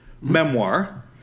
memoir